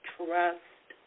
trust